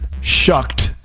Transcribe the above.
shucked